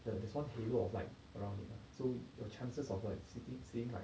the there's one halo of light around it ah so your chances of a sitting seeing like